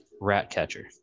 Ratcatcher